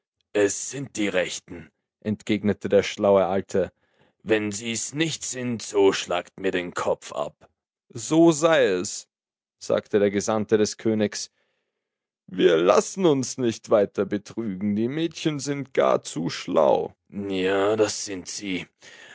es sind die rechten entgegnete der schlaue alte wenn sie's nicht sind so schlagt mir den kopf ab so sei es sagte der gesandte des königs wir lassen uns nicht weiter betrügen die mädchen sind gar zu schlau ja das sind sie